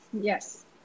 Yes